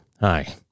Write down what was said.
Hi